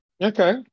Okay